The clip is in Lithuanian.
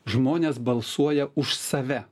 žmonės balsuoja už save